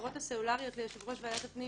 החברות הסלולריות ליושב-ראש ועדת הפנים.